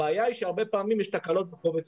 הבעיה היא שהרבה פעמים יש תקלות בקובץ